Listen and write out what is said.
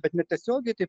bet netiesiogiai taip